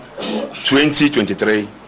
2023